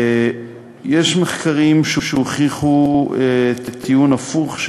יש מחקרים שהוכיחו טיעון הפוך,